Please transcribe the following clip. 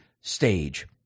stage